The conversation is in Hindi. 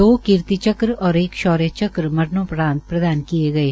दो कीर्ति चक्र और एक शौर्य चक्र मरणोपरान्त प्रदान किए गये